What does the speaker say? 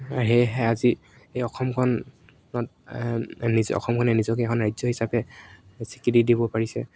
সেয়েহে আজি এই অসমখনত অসমখনে নিজকে এখন ৰাজ্য হিচাপে স্বীকৃতি দিব পাৰিছে